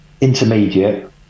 intermediate